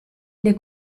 les